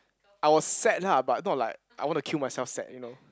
I was sad lah but not like I want to kill myself sad you know